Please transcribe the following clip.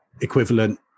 equivalent